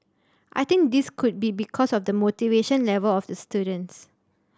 I think this could be because of the motivation level of the students